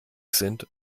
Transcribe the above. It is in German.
sind